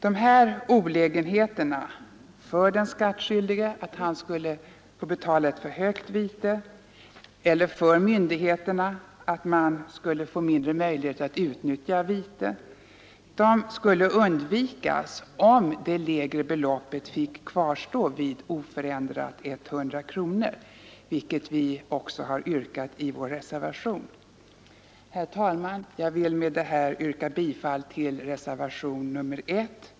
Dessa olägenheter — alltså för den skattskyldige att han kan få betala ett för högt vite och för myndigheterna att man får mindre möjligheter att utdöma vite — skulle kunna undvikas om det lägre beloppet fick kvarstå oförändrat vid 100 kronor, vilket vi har yrkat i vår reservation. Herr talman! Med det anförda vill jag yrka bifall till reservationen 1.